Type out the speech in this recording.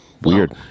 weird